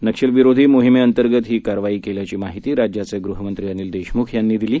नक्षलविरोधी मोहिमेअंतर्गत ही कारवाई केल्याची माहिती राज्याचे गृहमंत्री अनिल देशमुख यांनी दिली